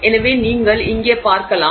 எனவே நீங்கள் இங்கே பார்க்கலாம்